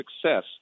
success